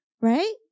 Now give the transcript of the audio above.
right